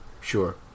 Sure